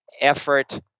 effort